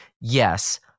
yes